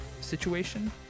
situation